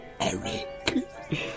Eric